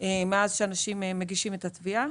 מאז שאנשים מגישים את התביעה,